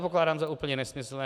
Pokládám to za úplně nesmyslné.